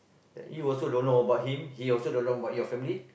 you also don't about him he also don't know about your family